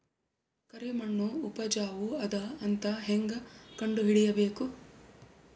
ಕರಿಮಣ್ಣು ಉಪಜಾವು ಅದ ಅಂತ ಹೇಂಗ ಕಂಡುಹಿಡಿಬೇಕು?